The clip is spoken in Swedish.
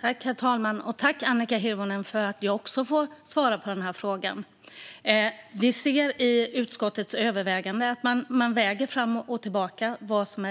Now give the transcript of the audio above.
Herr talman! Jag tackar Annika Hirvonen för att även jag får svara på den här frågan. I utskottets övervägande väger man fram och tillbaka vad som